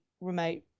remote